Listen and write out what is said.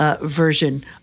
version